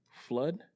flood